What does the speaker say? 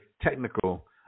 technical